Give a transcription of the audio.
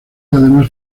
además